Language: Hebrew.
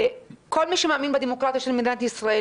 כל מי שמאמין בדמוקרטיה של מדינת ישראל,